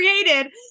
created